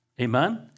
Amen